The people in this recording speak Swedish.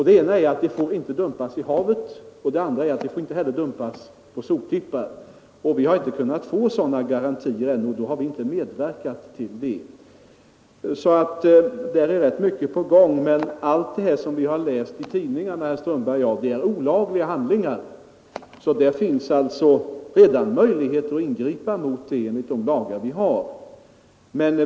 Det ena är att avfallet inte får dumpas i havet, och det andra är att det inte får stjälpas på soptippar. Vi har inte kunnat få garantier härför, och därför har vi inte medverkat till några sådana Det är alltså rätt mycket på gång. Allt det som herr Strömberg och jag har läst om i tidningarna är olagliga handlingar. Det finns alltså redan möjligheter att ingripa enligt de lagar vi har.